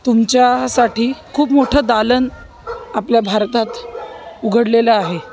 तुमच्यासाठी खूप मोठं दालन आपल्या भारतात उघडलेलं आहे